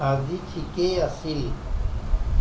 আজি ঠিকেই আছিল